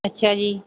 ਅੱਛਾ ਜੀ